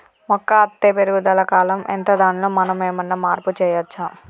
మొక్క అత్తే పెరుగుదల కాలం ఎంత దానిలో మనం ఏమన్నా మార్పు చేయచ్చా?